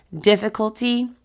difficulty